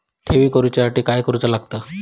ठेवी करूच्या साठी काय करूचा लागता?